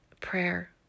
prayer